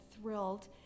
thrilled